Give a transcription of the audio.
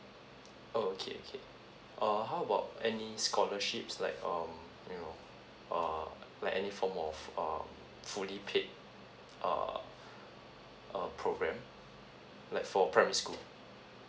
oh okay okay err how about any scholarships like um you know err like any form of uh fully paid err uh program like for primary school